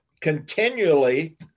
continually